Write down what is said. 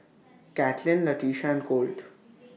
Katlin Latisha and Colt